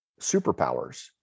superpowers